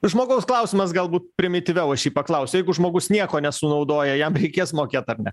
žmogaus klausimas galbūt primityviau aš jį paklausiu jeigu žmogus nieko nesunaudoja jam reikės mokėt ar ne